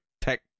tech